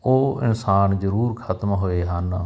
ਉਹ ਅਹਿਸਾਨ ਜਰੂਰ ਖਤਮ ਹੋਏ ਹਨ